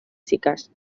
chicas